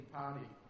party